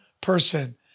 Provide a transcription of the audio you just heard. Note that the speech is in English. person